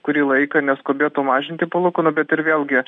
kurį laiką neskubėtų mažinti palūkanų bet ir vėlgi